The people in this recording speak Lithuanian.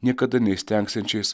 niekada neįstengsiančiais